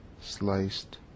sliced